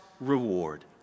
reward